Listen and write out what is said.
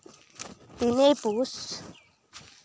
ᱛᱤᱱᱮᱭ ᱯᱩᱥ